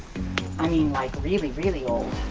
i mean like really, really old.